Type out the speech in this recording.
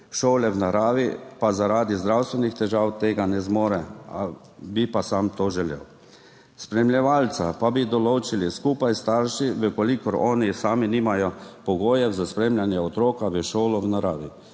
šole v naravi, pa zaradi zdravstvenih težav tega ne zmore, bi pa sam to želel. Spremljevalca pa bi določili skupaj s starši, če oni sami nimajo pogojev za spremljanje otroka v šolo v naravi.